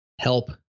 help